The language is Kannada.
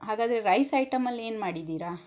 ಹಾಗಾದರೆ ರೈಸ್ ಐಟಮಲ್ಲಿ ಏನು ಮಾಡಿದ್ದೀರ